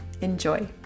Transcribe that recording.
Enjoy